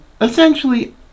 essentially